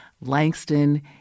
Langston